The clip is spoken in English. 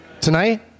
Tonight